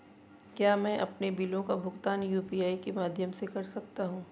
क्या मैं अपने बिलों का भुगतान यू.पी.आई के माध्यम से कर सकता हूँ?